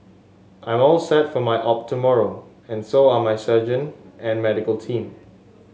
I'm all set for my op tomorrow and so are my surgeon and medical team